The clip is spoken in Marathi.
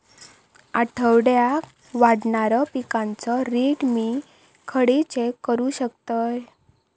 आठवड्याक वाढणारो पिकांचो रेट मी खडे चेक करू शकतय?